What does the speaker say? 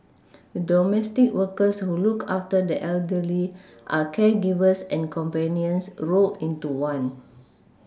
domestic workers who look after the elderly are caregivers and companions rolled into one